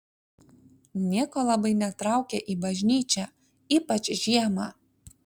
nieko labai netraukia į bažnyčią ypač žiemą